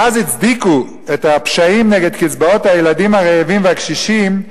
ואז הצדיקו את הפשעים נגד קצבאות הילדים הרעבים והקשישים,